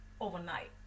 overnight